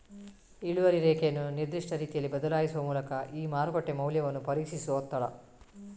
ಇಳುವರಿ ರೇಖೆಯನ್ನು ನಿರ್ದಿಷ್ಟ ರೀತಿಯಲ್ಲಿ ಬದಲಾಯಿಸುವ ಮೂಲಕ ಈ ಮಾರುಕಟ್ಟೆ ಮೌಲ್ಯವನ್ನು ಪರೀಕ್ಷಿಸುವ ಒತ್ತಡ